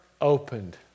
opened